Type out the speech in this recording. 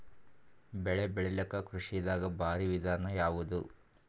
ಬೆಳೆ ಬೆಳಿಲಾಕ ಕೃಷಿ ದಾಗ ಭಾರಿ ವಿಧಾನ ಯಾವುದು?